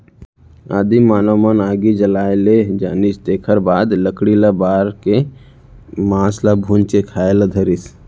आदिम मानव मन आगी जलाए ले जानिस तेखर बाद लकड़ी ल बार के मांस ल भूंज के खाए ल धरिस